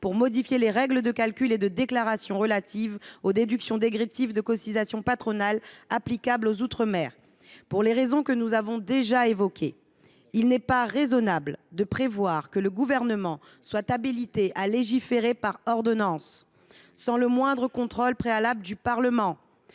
pour modifier les règles de calcul et de déclaration relatives aux réductions dégressives de cotisations patronales applicables aux outre mer. Pour les raisons que nous avons déjà évoquées, il n’est pas raisonnable d’habiliter le Gouvernement à légiférer par ordonnance, sans le moindre contrôle préalable du Parlement,